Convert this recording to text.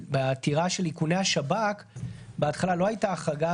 שבעתירה של איכוני השב"כ בהתחלה לא הייתה החרגה